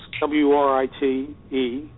W-R-I-T-E